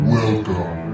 Welcome